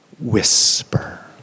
whisper